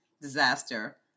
disaster